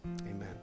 amen